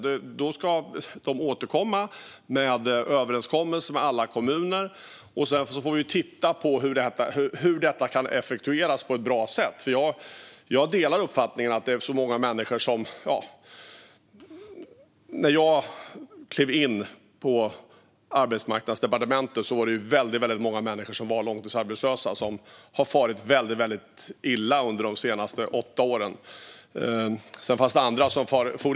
Man ska återkomma med en överenskommelse med alla kommuner, och sedan får vi titta på hur detta kan effektueras på ett bra sätt. När jag klev in på Arbetsmarknadsdepartementet var det väldigt många människor i Sverige som var långtidsarbetslösa och som hade farit illa de senaste åtta åren.